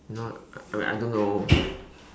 not I mean I don't know